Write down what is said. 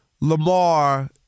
Lamar